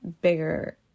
bigger